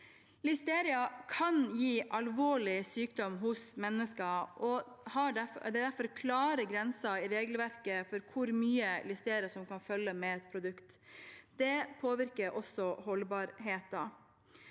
Listeria kan gi alvorlig sykdom hos mennesker, og det er derfor klare grenser i regelverket for hvor mye listeria som kan følge med et produkt. Det påvirker også holdbarheten.